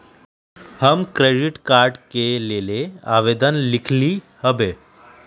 हम credit card के लेल आवेदन लिखली हबे